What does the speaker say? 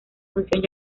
función